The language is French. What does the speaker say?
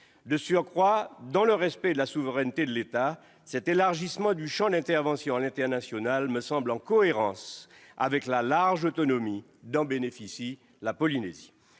De surcroît, dans le respect de la souveraineté de l'État, cet élargissement du champ d'intervention à l'international me semble en cohérence avec la large autonomie dont bénéficie la Polynésie.